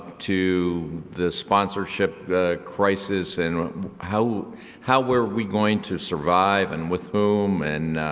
to the sponsorship crisis in how how were we going to survive and with whom. and